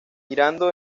girando